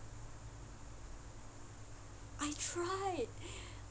I tried